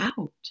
out